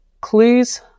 clues